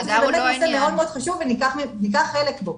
למרות שזה באמת נושא חשוב וניקח חלק בו,